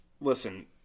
Listen